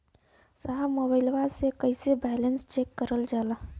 साहब मोबइलवा से कईसे बैलेंस चेक करल जाला?